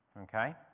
Okay